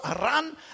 run